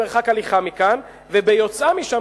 במרחק הליכה מכאן וביוצאה משם,